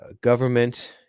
government